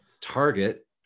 Target